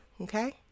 Okay